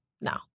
no